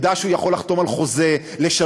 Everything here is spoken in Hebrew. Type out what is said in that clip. ידע שהוא יכול לחתום על חוזה לשלוש,